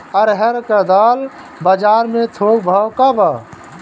अरहर क दाल बजार में थोक भाव का बा?